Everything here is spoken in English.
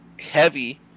heavy